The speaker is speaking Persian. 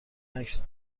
عکس